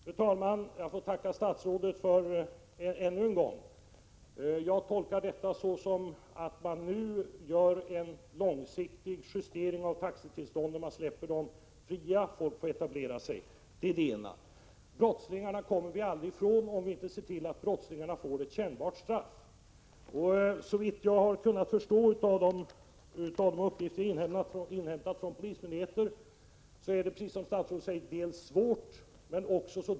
Fru talman! Jag får tacka statsrådet ännu en gång. Jag tolkar statsrådets inlägg så, att man nu gör en långsiktig justering av taxitillstånden när man släpper dem fria och folk får etablera sig. Brottslingarna kommer vi aldrig ifrån om vi inte ser till att de får ett kännbart straff. Såvitt jag har kunnat förstå av de uppgifter som jag har inhämtat från polismyndigheter är detta, precis som statsrådet säger, ett svårt problem.